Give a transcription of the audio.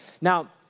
Now